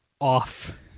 off